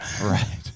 Right